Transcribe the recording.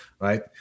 right